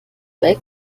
weg